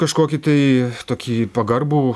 kažkokį tai tokį pagarbų